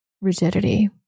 rigidity